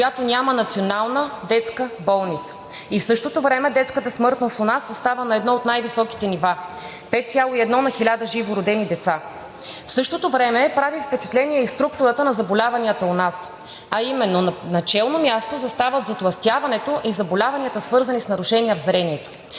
която няма Национална детска болница, и в същото време детската смъртност у нас остава на едно от най-високите нива – 5,1 на 1000 живородени деца. В същото време прави впечатление и структурата на заболяванията у нас, а именно: на челно място застава затлъстяването и заболяванията, свързани с нарушения в зрението.